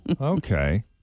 Okay